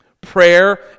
Prayer